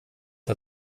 hat